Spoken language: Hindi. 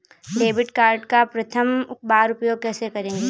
डेबिट कार्ड का प्रथम बार उपयोग कैसे करेंगे?